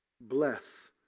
bless